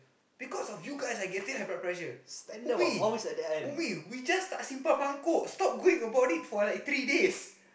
because of you guys I getting high blood pressure we we we just tak simpan mangkuk stop going about it for like three days